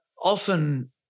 often